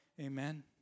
Amen